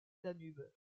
danube